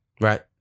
right